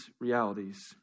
realities